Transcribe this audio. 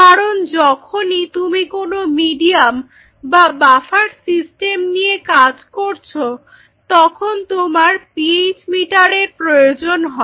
কারণ যখনই তুমি কোনো মিডিয়াম বা বাফার সিস্টেম নিয়ে কাজ করছ তখন তোমার পিএইচ মিটার এর প্রয়োজন হয়